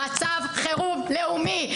מצב חירום לאומי,